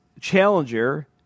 challenger